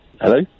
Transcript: Hello